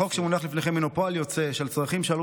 החוק שמונח לפניכם הינו פועל יוצא של צרכים שעלו